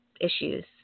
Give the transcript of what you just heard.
issues